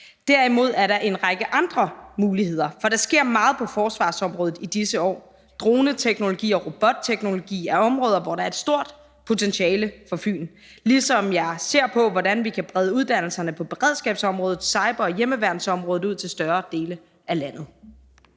Derimod er der en række andre muligheder, for der sker meget på forsvarsområdet i disse år. Droneteknologier og robotteknologier er områder, hvor der er et stort potentiale for Fyn. Jeg ser også på, hvordan vi kan brede uddannelserne på beredskabs-, cyber- og hjemmeværnsområdet ud til større dele af landet.